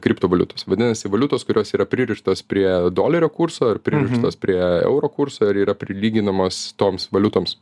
kriptovaliutos vadinasi valiutos kurios yra pririštos prie dolerio kurso ir pririštos prie euro kurso ir yra prilyginamos toms valiutoms